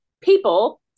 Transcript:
people